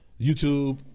YouTube